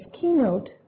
keynote